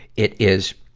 it is,